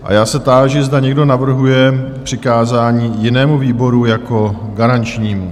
A já se táži, zda někdo navrhuje přikázání jinému výboru jako garančnímu?